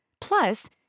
Plus